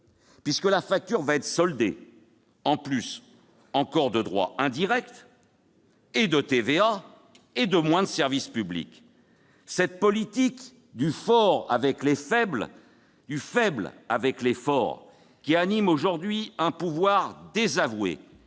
puisque la facture sera soldée par encore plus de droits indirects et de TVA et encore moins de services publics ! La politique du « fort avec les faibles, faible avec les forts », qui anime aujourd'hui un pouvoir désavoué,